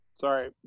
sorry